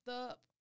up